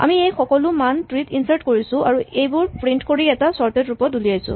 আমি এই সকলো মান ট্ৰী ত ইনচাৰ্ট কৰিছো আৰু এইবোৰ প্ৰিন্ট কৰি এটা চৰ্টেড ৰূপত উলিয়াইছো